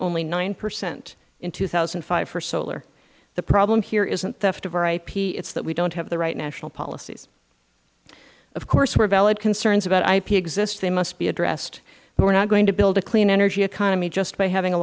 only nine percent in two thousand and five for solar the problem here isn't theft of our ip it is that we don't have the right national policies of course where valid concerns about ip exist they must be addressed but we are not going to build a clean energy economy just by having a